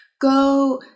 go